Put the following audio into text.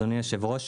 אדוני היושב-ראש,